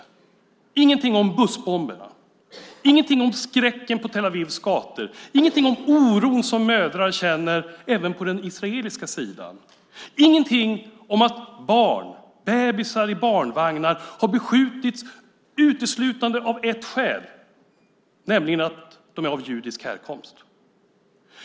Det står ingenting om bussbomberna, ingenting om skräcken på Tel Avivs gator, ingenting om den oro som mödrar känner även på den israeliska sidan och ingenting om att barn, bebisar i barnvagnar, har beskjutits uteslutande av ett skäl, nämligen att de är av judisk härkomst.